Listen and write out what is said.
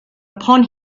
upon